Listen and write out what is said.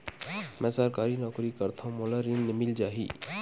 मै सरकारी नौकरी करथव मोला ऋण मिल जाही?